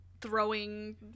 throwing